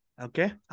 Okay